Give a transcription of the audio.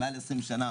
מעל 20 שנה,